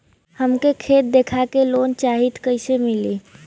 हमके खेत देखा के लोन चाहीत कईसे मिली?